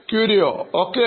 Curio Ok